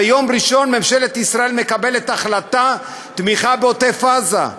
ביום ראשון ממשלת ישראל מקבלת החלטה: תמיכה בעוטף-עזה.